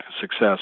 success